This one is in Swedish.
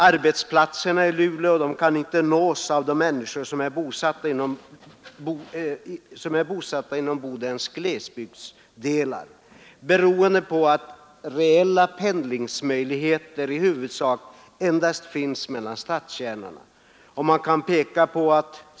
Arbetsplatserna i Luleå kan inte nås av de människor som är bosatta inom Bodens glesbygdsdelar, beroende på att reella pendlingsmöjligheter i huvudsak endast finns mellan stadskärnorna.